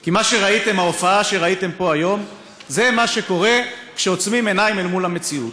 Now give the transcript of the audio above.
כי ההופעה שראיתם פה היום זה מה שקורה כשעוצמים עיניים אל מול המציאות,